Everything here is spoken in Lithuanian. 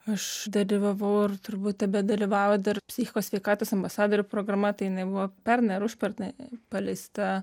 aš dalyvavau ir turbūt tebedalyvauju dar psichikos sveikatos ambasadorių programa tai jinai buvo pernai ar užpernai paleista